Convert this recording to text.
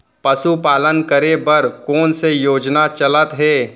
पशुपालन करे बर कोन से योजना चलत हे?